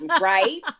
right